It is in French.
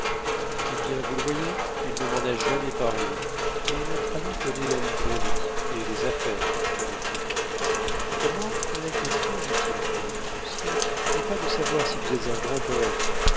eh bien vous le voyez il ne m'en a jamais parlé mais notre ami connaît la librairie et les affaires reprit dauriat pour moi la question dit-il en câlinant lucien n'est pas de savoir si vous êtes un grand poète